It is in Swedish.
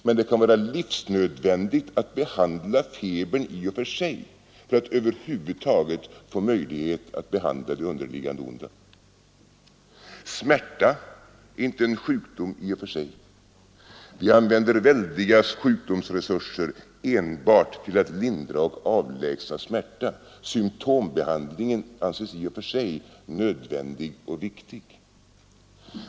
Men det kan vara livsnödvändigt att behandla febern i sig, för att över huvud sjukvård, varifrån hela den här terminologin är lånad, är det taget få möjlighet att behandla det underliggande onda. Smärta ä sjukdom. Vi använder väldiga sjukvårdsresurser enbart till att lindra och avlägsna smärta; symtombehandlingen anses i och för sig nödvändig och viktig.